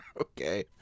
Okay